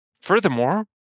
furthermore